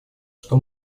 что